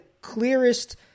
clearest